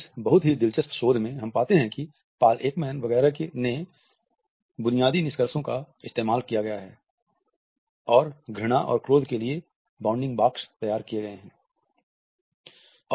इस बहुत ही दिलचस्प शोध में हम पाते हैं कि पॉल एकमैन वगैरह के बुनियादी निष्कर्षों का इस्तेमाल किया गया है और घृणा और क्रोध के लिए बाउंडिंग बॉक्स तैयार किये गए हैं